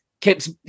keeps